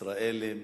ישראלים,